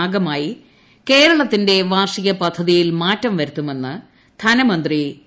ഭാഗമായി കേരളത്തിന്റെ വാർഷിക പദ്ധതിയിൽ മാറ്റം വരുത്തുമെന്ന് ധനമന്ത്രി തോമസ് ഐസക്ക്